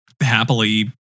happily